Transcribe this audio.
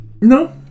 No